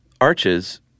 Arches